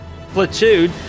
Platoon